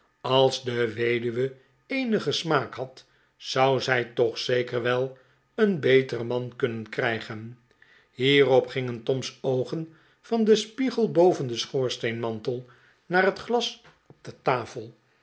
als de weduwe eenigen smaak had zou zij toch zeker wel een beteren man kunnen krijgen hierop gingen toms oogen van den spiegel boven den schoorsteenmantel naar het glas op de tafel